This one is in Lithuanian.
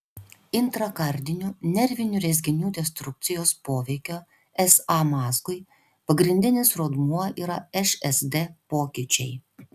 intrakardinių nervinių rezginių destrukcijos poveikio sa mazgui pagrindinis rodmuo yra šsd pokyčiai